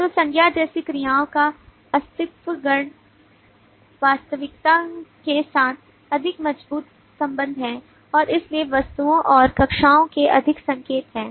तो संज्ञा जैसी क्रियाओं का अस्तित्वगत वास्तविकताओं के साथ अधिक मजबूत संबंध है और इसलिए वस्तुओं और कक्षाओं के अधिक संकेत हैं